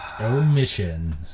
Omission